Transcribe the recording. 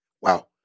Wow